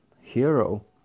Hero